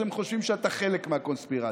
אז הם חושבים שאתה חלק מהקונספירציה.